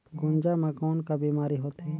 गुनजा मा कौन का बीमारी होथे?